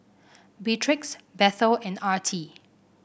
Beatrix Bethel and Artie